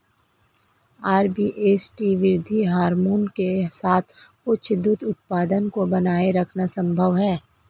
RBST वृद्धि hormone के साथ उच्च दूध उत्पादन को बनाए रखना संभव है